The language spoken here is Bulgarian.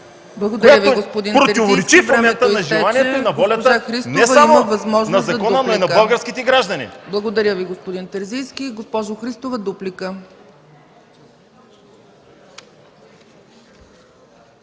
която противоречи на желанието и на волята не само на закона, но и на българските граждани.